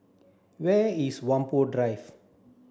where is Whampoa Drive